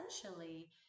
essentially